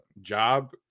job